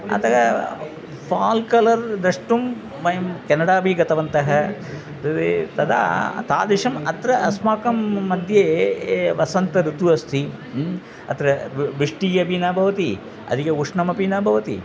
अतः fall colour द्रष्टुं वयं केनडा अपि गतवन्तः सर्वे तदा तादृशम् अत्र अस्माकं मध्ये ए वसन्तऋतुः अस्ति अत्र व् वृष्टिः अपि न भवति अधिकम् उष्णमपि न भवति